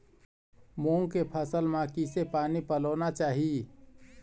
मूंग के फसल म किसे पानी पलोना चाही?